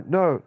no